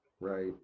right